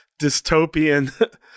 dystopian